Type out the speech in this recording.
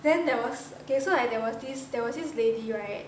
then there was okay so like there was this there was this lady right